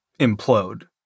implode